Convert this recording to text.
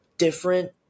different